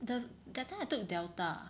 the that time I took Delta